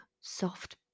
soft